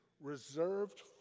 reserved